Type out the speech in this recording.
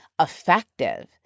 effective